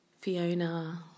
Fiona